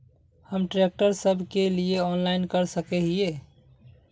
हम ट्रैक्टर सब के लिए ऑनलाइन कर सके हिये?